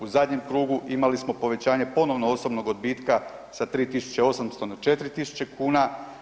U zadnjem krugu imali smo povećanje ponovno osobnog odbitka sa 3800 na 4000 kuna.